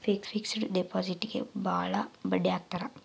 fixed ಡಿಪಾಸಿಟ್ಗೆ ಭಾಳ ಬಡ್ಡಿ ಹಾಕ್ತರ